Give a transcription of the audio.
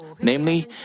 Namely